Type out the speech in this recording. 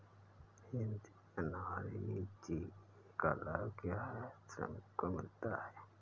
MGNREGA का लाभ क्या हर श्रमिक को मिलता है?